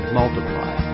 multiply